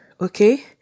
okay